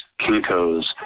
Kinko's